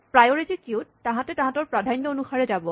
priority কিউত তাহাঁতে তাহাঁতৰ প্ৰাধান্য অনুসাৰে যাব